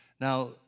Now